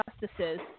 justices